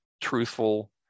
truthful